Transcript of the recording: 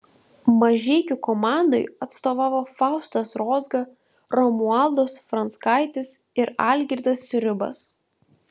mažeikių komandai atstovavo faustas rozga romualdas franckaitis ir algirdas sriubas